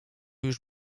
już